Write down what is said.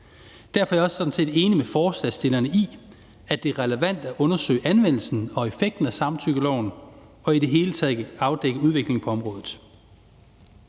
Derfor er jeg sådan set også enig med forslagsstillerne i, at det er relevant at undersøge anvendelsen og effekten af samtykkeloven og i det hele taget afdække udviklingen på området,